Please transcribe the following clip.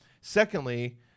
Secondly